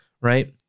right